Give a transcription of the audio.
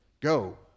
Go